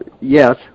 yes